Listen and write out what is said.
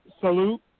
Salute